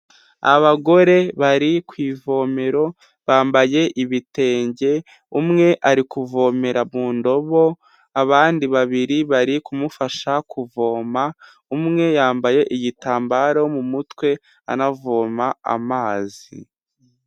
Abagore bari ku ivomero bambaye ibitenge umwe ari kuvomera mu ndobo abandi babiri bari kumufasha kuvoma, umwe yambaye igitambaro mu mutwe anavoma amazi.